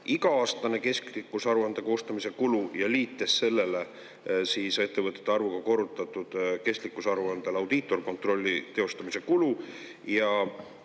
iga-aastane kestlikkusaruande koostamise kulu ja liites sellele ettevõtete arvuga korrutatud kestlikkusaruande audiitorkontrolli teostamise kulu.